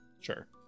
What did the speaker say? Sure